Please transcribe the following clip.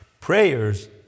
Prayers